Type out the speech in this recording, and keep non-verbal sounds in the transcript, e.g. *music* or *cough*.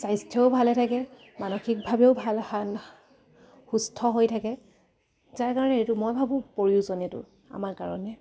স্বাস্থ্যও ভালে থাকে মানসিকভাৱেও ভাল *unintelligible* সুস্থ হৈ থাকে যাৰ কাৰণে এইটো মই ভাবোঁ প্ৰয়োজন এইটো আমাৰ কাৰণে